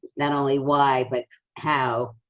not only why, but how,